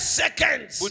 seconds